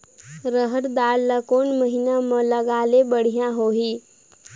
रहर दाल ला कोन महीना म लगाले बढ़िया होही?